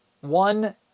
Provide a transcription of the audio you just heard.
one